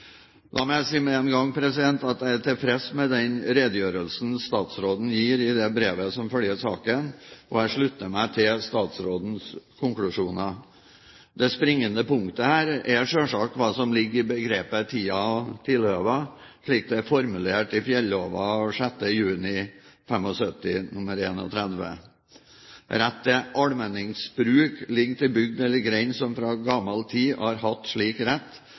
La meg si med en gang at jeg er tilfreds med den redegjørelsen statsråden gir i det brevet som følger saken, og jeg slutter meg til statsrådens konklusjon. Det springende punktet her, er sjølsagt hva som ligger i begrepet «tida og tilhøva», slik det er formulert i fjellova av 6. juni 1975 nr. 31: «Rett til allmenningsbruk ligg til bygd eller grend som frå gamal tid har hatt slik rett.